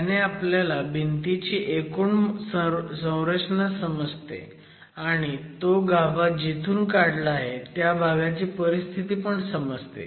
ह्याने आपल्याला भिंतीची एकूण संरचना समजते आणि तो गाभा जिथून काढला आहे त्या भागाची परिस्थिती पण समजते